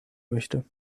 möchte